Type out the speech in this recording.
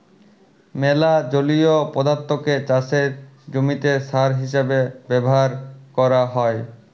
ম্যালা জলীয় পদাথ্থকে চাষের জমিতে সার হিসেবে ব্যাভার ক্যরা হ্যয়